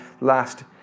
last